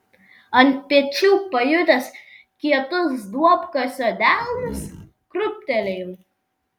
ant pečių pajutęs kietus duobkasio delnus krūptelėjau